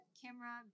camera